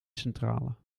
centrale